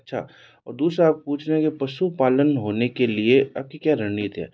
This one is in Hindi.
अच्छा और दूसरा आप पूछ रहे हैं कि पशुपालन होने के लिए आपकी क्या रणनीतियाँ हैं